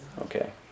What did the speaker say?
Okay